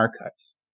Archives